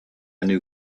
new